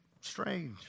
strange